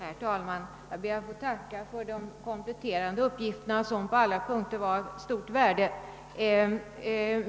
Herr talman! Jag ber att få tacka för de kompletterande uppgifterna, som på alla punkter är av stort värde.